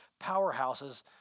powerhouses